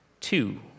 Two